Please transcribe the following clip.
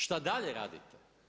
Šta dalje radite?